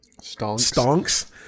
Stonks